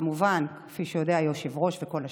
כמובן, כפי שיודע היושב-ראש, וכל השאר.